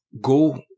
go